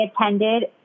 attended